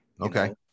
okay